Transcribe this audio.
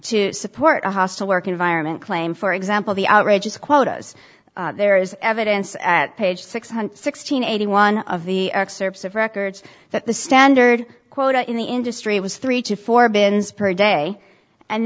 to support a hostile work environment claim for example the outrageous quotas there is evidence at page six hundred sixteen eighty one of the excerpts of records that the standard quota in the industry was three to four bins per day and